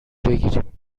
بگیریم